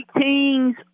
teens